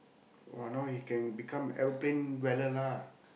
!wah! now he can become aeroplane வேலை:veelai lah